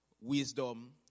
Wisdom